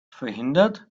verhindert